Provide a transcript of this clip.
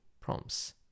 prompts